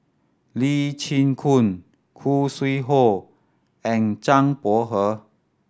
Lee Chin Koon Khoo Sui Hoe and Zhang Bohe